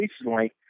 recently